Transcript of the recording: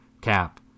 Cap